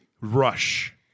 Rush